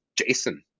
Jason